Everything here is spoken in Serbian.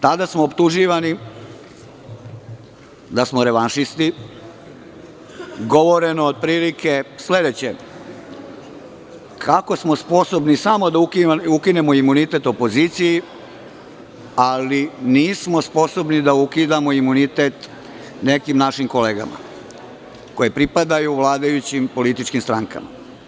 Tada smo optuživani da smo revanšisti, govoreno je otprilike sledeće, kako smo sposobni samo da ukinemo imunitet opoziciji, ali nismo sposobni da ukinemo imunitet nekim našim kolegama koje pripadaju vladajućim političkim strankama.